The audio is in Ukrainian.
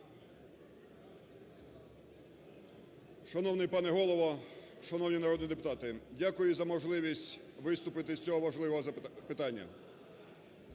Шановний пане Голово, шановні народні депутати, дякую за можливість виступити з цього важливого питання.